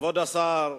כבוד השר,